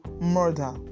murder